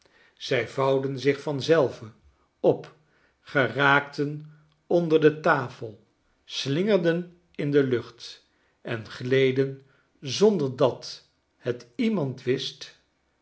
zij vouwden zich vanzelve op geraakten onder de tafel slingerden in de lucht en gleden zonder dat het iemand wist